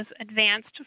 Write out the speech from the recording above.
advanced